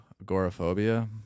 agoraphobia